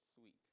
sweet